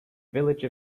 village